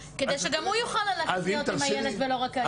שגם הוא יוכל ללכת להיות עם הילד ולא רק האישה.